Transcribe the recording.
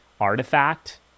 artifact